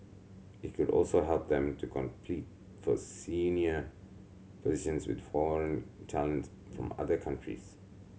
it could also help them to compete for senior positions with foreign talent from other countries